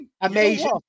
Amazing